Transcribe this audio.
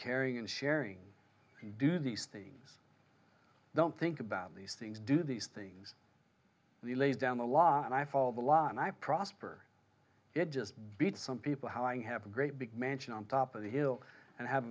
caring and sharing do these things don't think about these things do these things the lay down the law and i follow the law and i prosper it just beats some people how i have a great big mansion on top of the hill and have